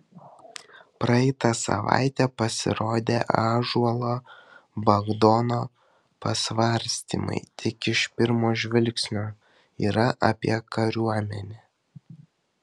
praeitą savaitę pasirodę ąžuolo bagdono pasvarstymai tik iš pirmo žvilgsnio yra apie kariuomenę